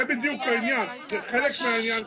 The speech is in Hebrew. זה בדיוק העניין, זה חלק מהעניין כאן.